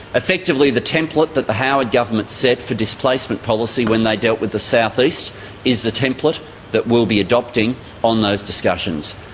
effectively, the template that the howard government set for displacement policy when they dealt with the southeast is the template that we'll be adopting on those discussions.